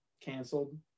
canceled